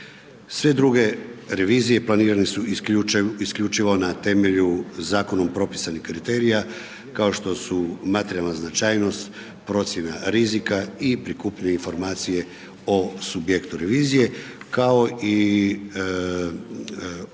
Sve druge revizije planirane su isključivo na temelju zakonom propisanih kriterija kao što su materijalna značajnost, procjena rizika i prikupljanje informacije o subjektu revizije kao i onom